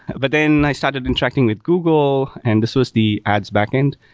but then i started interacting with google, and this was the ads backend.